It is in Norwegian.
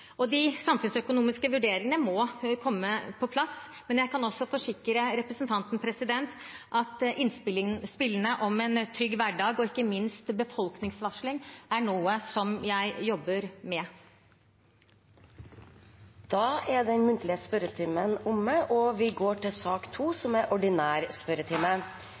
De samfunnsøkonomiske vurderingene må komme på plass, men jeg kan forsikre representanten om at innspillene om en trygg hverdag – og ikke minst befolkningsvarsling – er noe jeg jobber med. Da er den muntlige spørretimen omme. Det blir noen endringer i den oppsatte spørsmålslisten, og presidenten viser i den sammenheng til